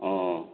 অঁ